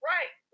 Right